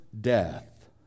death